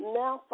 now